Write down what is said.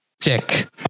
check